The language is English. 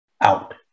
out